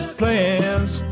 plans